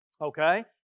Okay